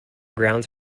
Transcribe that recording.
grounds